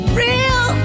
real